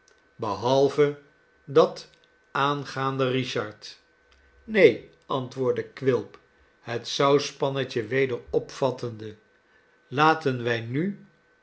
behalve dat aangaande richard neen antwoordde quilp het sauspannetje weder opvattende laten wij nu